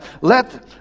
Let